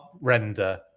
render